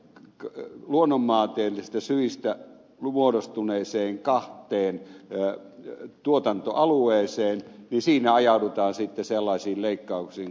hankkeen ylituotantotilanteita luonnonmaantieteellisistä syistä muodostuneeseen kahteen tuotantoalueeseen niin siinä ajaudutaan sitten sellaisiin leikkauksiin kuin ed